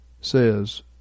says